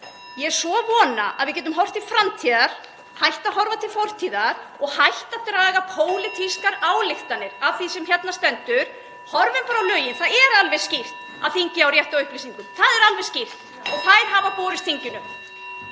Ég vona að við getum horft til framtíðar, hætt að horfa til fortíðar (Forseti hringir.) og hætt að draga pólitískar ályktanir af því sem hérna stendur. Horfum bara á lögin. Það er alveg skýrt að þingið á rétt á upplýsingum, það er alveg skýrt, og þær hafa borist þinginu.